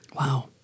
Wow